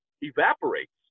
evaporates